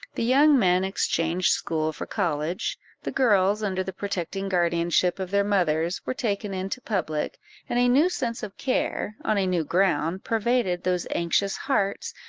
the young men exchanged school for college the girls, under the protecting guardianship of their mothers, were taken into public and a new sense of care, on a new ground, pervaded those anxious hearts,